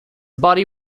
body